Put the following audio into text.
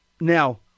Now